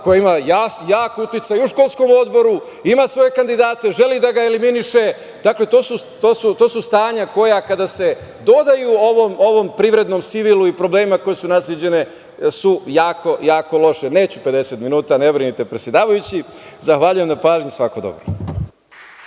koja ima jak uticaj i u školskom odboru, ima svoje kandidate, želi da ga eliminiše, to su stanja koja kada se dodaju ovom privrednom sivilu i problemima koji su nasleđeni su jako loši. Neću 50 minuta, ne brinite, predsedavajući. Zahvaljujem na pažnji. Svako dobro.